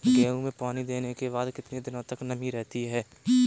गेहूँ में पानी देने के बाद कितने दिनो तक नमी रहती है?